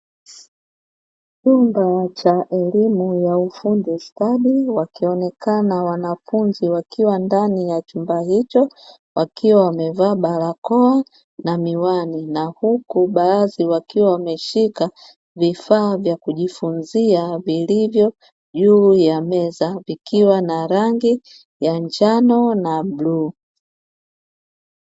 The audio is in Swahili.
Chumba cha elimu ya ufundi stadi wakionekana wanafunzi wakiwa ndani ya chumba hicho wakiwa wamevaa barakoa na miwani, na huku baadhi wakiwa wameshika vifaa vya kujifunzia vilivyo juu ya meza; vikiwa na rangi ya njano na bluu.